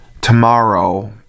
tomorrow